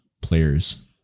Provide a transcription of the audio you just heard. players